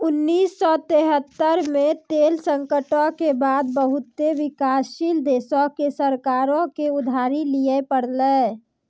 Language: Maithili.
उन्नीस सौ तेहत्तर मे तेल संकटो के बाद बहुते विकासशील देशो के सरकारो के उधारी लिये पड़लै